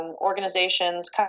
organizations